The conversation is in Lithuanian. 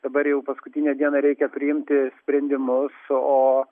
dabar jau paskutinę dieną reikia priimti sprendimus o